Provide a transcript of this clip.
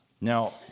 Now